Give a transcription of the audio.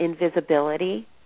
invisibility